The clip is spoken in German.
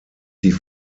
die